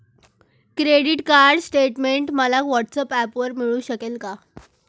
Credit card statement मला व्हॉट्सऍपवर मिळू शकेल का?